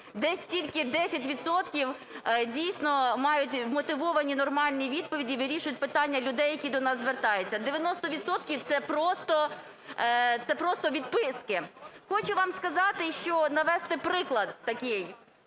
десь тільки 10 відсотків дійсно мають вмотивовані, нормальні відповіді, вирішують питання людей, які до нас звертаються. 90 відсотків - це просто відписки. Хочу вам сказати, навести приклад такий.